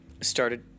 started